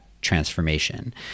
transformation